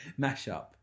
mashup